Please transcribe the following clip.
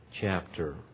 chapter